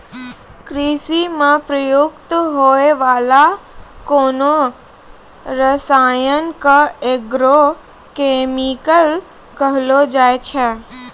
कृषि म प्रयुक्त होय वाला कोनो रसायन क एग्रो केमिकल कहलो जाय छै